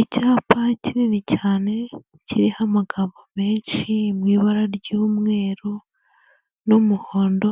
Icyapa kinini cyane kiriho amagambo menshi mu ibara ry'umweru n'umuhondo,